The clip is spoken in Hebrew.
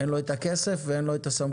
אין לו את הכסף ואין לו את הסמכויות,